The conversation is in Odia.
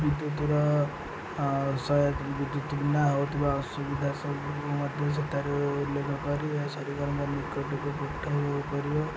ବିଦ୍ୟୁତ୍ର ବିଦ୍ୟୁତ୍ ନା ହେଉଥିବା ଅସୁବିଧା ସବୁଙ୍କୁ ମଧ୍ୟ ସେଠାରେ ଉଲ୍ଲେଖ କରି ସରକାରଙ୍କ ନିକଟକୁ ପଠା ହୋଇପାରିବ